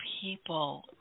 people –